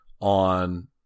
on